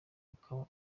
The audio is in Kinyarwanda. ukaba